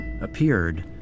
appeared